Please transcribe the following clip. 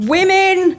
Women